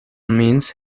means